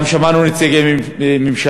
גם שמענו שם את נציגי הממשלה,